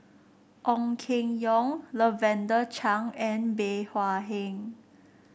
Ong Keng Yong Lavender Chang and Bey Hua Heng